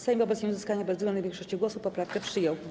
Sejm wobec nieuzyskania bezwzględnej większości głosów poprawkę przyjął.